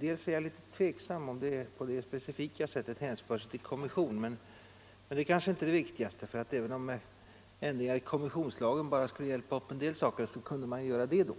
är att jag är litet tveksam, huruvida problemet på det specifika sättet hänför sig till kommission. Men det är inte det viktigaste —- även om några ändringar i kommissionslagen bara skulle avhjälpa en del av problemen, så kunde man ju då ändå göra det.